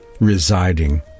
residing